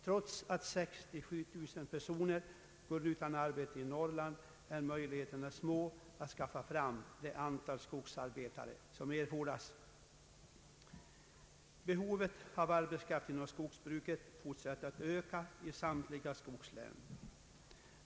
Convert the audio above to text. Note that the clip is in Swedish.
Trots att 6—7 tusen personer går utan arbete i Norrland är möjligheterna små att skaffa fram det antal skogsarbetare som erfordras. Behovet av arbetskraft inom skogsbruket fortsätter att öka i samtliga skogslän.